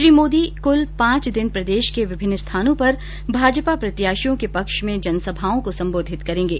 श्री मोदी कुल पांच दिन प्रदेश के विभिन्न स्थानों पर भाजपा प्रत्याशियों के पक्ष में जनसभाओं को सम्बोधित करेंगे